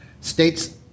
states